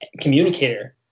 communicator